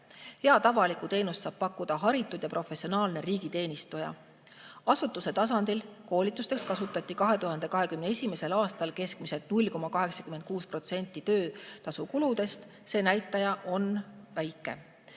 Head avalikku teenust saab pakkuda haritud ja professionaalne riigiteenistuja. Asutuse tasandi koolitusteks kasutati 2021. aastal keskmiselt 0,86% töötasukuludest. See näitaja on väike.